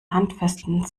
handfesten